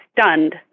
stunned